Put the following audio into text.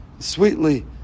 sweetly